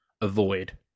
avoid